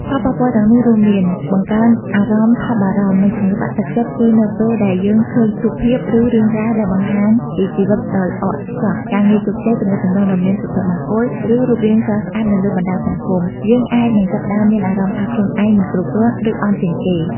ផលប៉ះពាល់ទាំងនោះរួមមាន បង្កើនអារម្មណ៍ថប់បារម្ភ និងជំងឺបាក់ទឹកចិត្តគឺនៅពេលដែលយើងឃើញរូបភាព ឬរឿងរ៉ាវដែលបង្ហាញពីជីវិតដ៏ល្អឥតខ្ចោះ ការងារជោគជ័យ ទំនាក់ទំនងដ៏មានសុភមង្គល និងរូបរាងស្រស់ស្អាតនៅលើបណ្ដាញសង្គម យើងអាចនឹងចាប់ផ្ដើមមានអារម្មណ៍ថាខ្លួនឯងមិនគ្រប់គ្រាន់ ឬអន់ជាងគេ។